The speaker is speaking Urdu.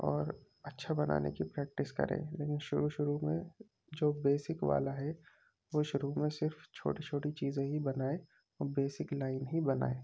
اور اچھا بنانے کی پریکٹس کرے لیکن شروع شروع میں جو بیسک والا ہے وہ شروع میں صرف چھوٹی چھوٹی چیزیں ہی بنائے اور بیسک لائن ہی بنائے